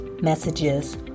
Messages